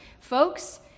folks